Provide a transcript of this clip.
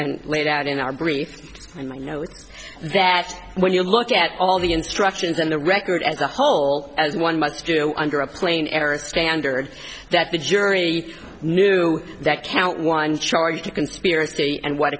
and laid out in our briefs and i know that when you look at all the instructions in the record as a whole as one must do under a plain arest standard that the jury knew that count one charge to conspiracy and what